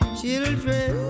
children